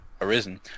arisen